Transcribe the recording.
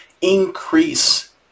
increase